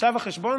עכשיו החשבון,